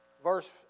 Verse